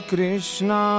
Krishna